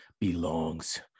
belongs